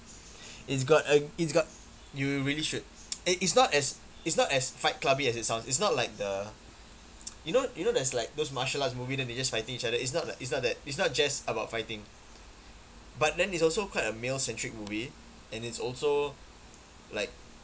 it's got uh it's got you really should uh it's not as it's not as fight cluby as it sounds it's not like the you know you know there's like those martial arts movie then they just fighting each other it's not that it's not that it's not just about fighting but then it's also quite a male-centric movie and it's also like